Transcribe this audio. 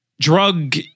drug